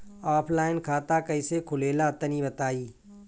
Offline खाता कइसे खुलेला तनि बताईं?